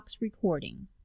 recording